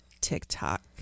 TikTok